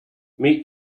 meet